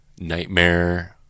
Nightmare